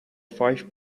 five